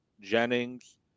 jennings